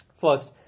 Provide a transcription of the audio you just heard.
First